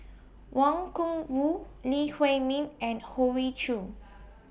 Wang Gungwu Lee Huei Min and Hoey Choo